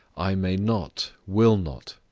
i may not, will not,